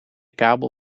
kabel